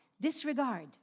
disregard